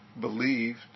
believed